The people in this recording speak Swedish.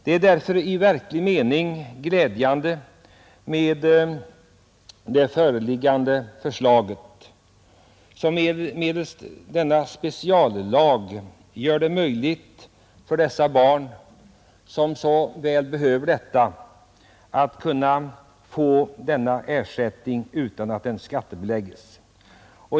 Det är därför i verklig mening glädjande med det föreliggande förslaget, som medelst denna speciallag gör det möjligt för dessa barn, som så väl behöver det, att kunna få ersättningen utan att den skattebelägges.